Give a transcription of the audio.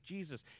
Jesus